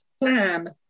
plan